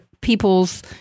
people's